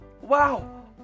Wow